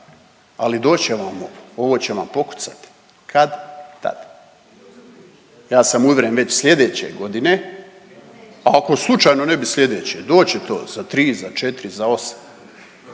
Ali doći će vam ovo, ovo će vam pokucati kad-tad. Ja sam uvjeren već sljedeće godine. A ako slučajno ne bi sljedeće, doći će to za tri, za četiri, za 8.